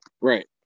right